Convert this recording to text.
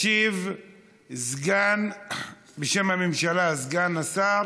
ישיב בשם הממשלה סגן השר